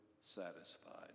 satisfied